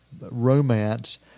romance